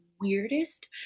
weirdest